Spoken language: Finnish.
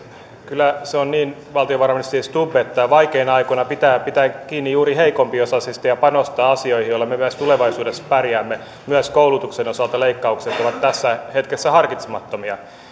kyllä se on niin valtiovarainministeri stubb että vaikeina aikoina pitää pitää kiinni juuri heikompiosaisista ja panostaa asioihin joilla me myös tulevaisuudessa pärjäämme myös koulutuksen osalta leikkaukset ovat tässä hetkessä harkitsemattomia